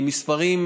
המספרים,